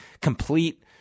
complete